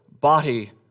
body